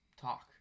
talk